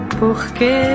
porque